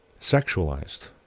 sexualized